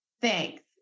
Thanks